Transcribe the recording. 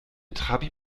trabi